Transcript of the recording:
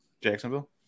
jacksonville